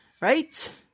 Right